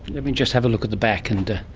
let me just have a look at the back. and